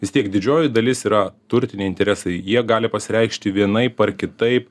vis tiek didžioji dalis yra turtiniai interesai jie gali pasireikšti vienaip ar kitaip